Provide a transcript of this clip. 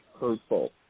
hurtful